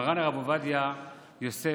מרן הרב עובדיה יוסף,